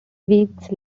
weeks